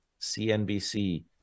CNBC